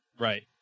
right